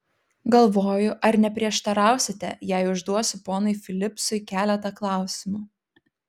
galvoju ar neprieštarausite jei užduosiu ponui filipsui keletą klausimų